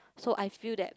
so I feel that